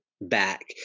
back